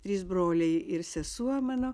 trys broliai ir sesuo mano